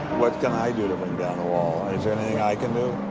what can i do to bring down the wall? is there anything i can do?